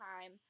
time